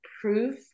proof